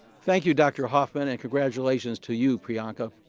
thank you, dr. hoffman, and congratulations to you, priyanka.